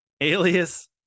alias